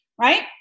right